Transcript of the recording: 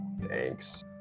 thanks